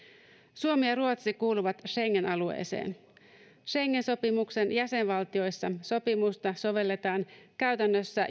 suomi ja ruotsi kuuluvat schengen alueeseen schengen sopimuksen jäsenvaltioissa sopimusta sovelletaan käytännössä